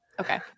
Okay